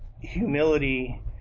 humility